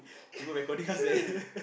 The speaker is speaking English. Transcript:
people recording us leh